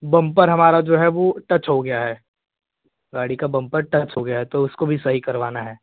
bumper हमारा जो है वो टच हो गया है गाड़ी का बम्पर टच हो गया तो उसको भी सही करवाना है